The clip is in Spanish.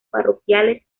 parroquiales